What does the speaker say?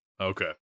Okay